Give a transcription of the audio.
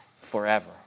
forever